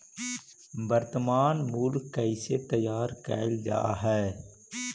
वर्तनमान मूल्य कइसे तैयार कैल जा हइ?